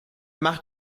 macht